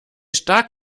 stark